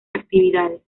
actividades